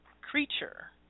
creature